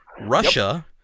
Russia